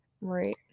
Right